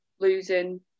losing